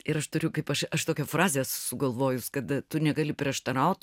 ir aš turiu kaip aš aš tokią frazę sugalvojus kad tu negali prieštaraut